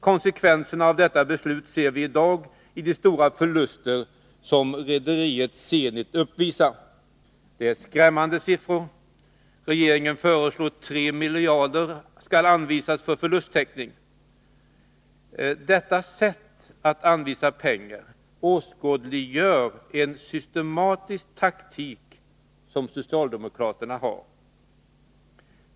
Konsekvenserna av detta beslut ser vi i dag i de stora förluster som rederiet Zenit uppvisar. Det är skrämmande siffror. Regeringen föreslår att 3 miljarder anvisas för förlusttäckning. Detta sätt att anvisa pengar åskådliggör en systematisk taktik som socialdemokraterna har.